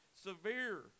severe